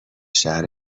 شهر